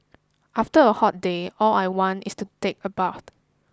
after a hot day all I want is to take a bath